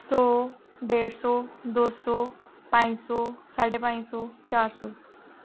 सौ डेढ सौ दो सौ पंज सौ साड्डे पंज सौ चार सौ